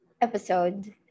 episode